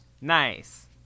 Nice